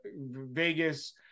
vegas